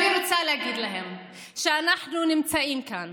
אני רוצה להגיד להם: אנחנו נמצאים כאן